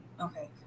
Okay